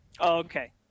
Okay